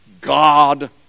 God